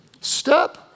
step